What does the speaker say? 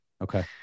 Okay